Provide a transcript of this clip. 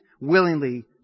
willingly